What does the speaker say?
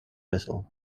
vessel